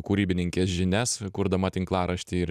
kurybininkės žinias kurdama tinklaraštį ir